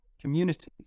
communities